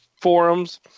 forums